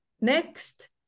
next